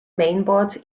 mainboards